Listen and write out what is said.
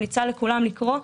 אני ממליצה לכולם לקרוא.